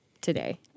today